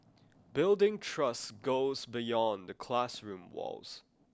building trust goes beyond the classroom walls